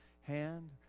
hand